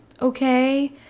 okay